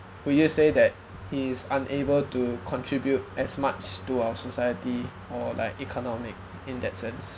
would you say that he is unable to contribute as much to our society or like economic in that sense